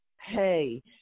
hey